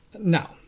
Now